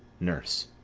nurse.